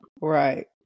Right